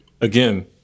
again